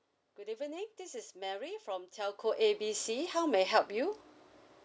good evening this is mary from telco A B C how may I help you